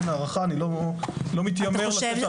אני לא מתיימר לתת הערכה.